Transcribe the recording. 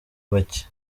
bake